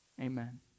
Amen